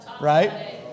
Right